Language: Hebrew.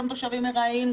גם תושבים ארעיים,